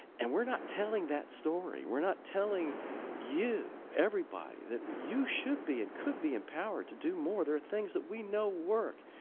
and we're not telling that story. we're not telling you everybody that you should be, and could be, empowered to do more. there are things that we know work,